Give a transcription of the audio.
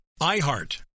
IHEART